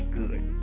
good